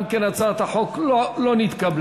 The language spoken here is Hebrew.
אם כן, הצעת החוק לא נתקבלה.